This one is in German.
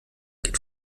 geht